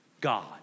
God